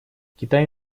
китай